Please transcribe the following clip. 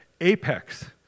apex